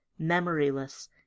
memoryless